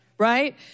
Right